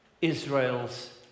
Israel's